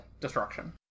destruction